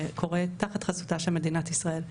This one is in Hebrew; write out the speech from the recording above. שקורה תחת חסותה של מדינת ישראל,